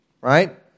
Right